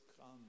come